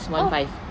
oh